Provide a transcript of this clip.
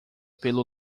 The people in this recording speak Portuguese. pelo